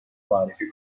معرفی